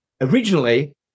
Originally